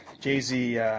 Jay-Z